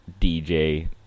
dj